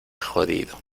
jodido